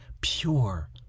pure